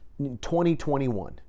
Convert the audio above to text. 2021